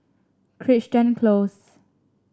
Crichton Close